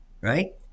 right